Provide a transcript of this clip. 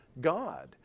God